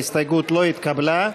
ההסתייגות לא התקבלה.